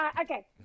okay